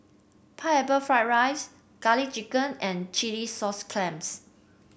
Pineapple Fried Rice garlic chicken and Chilli Sauce Clams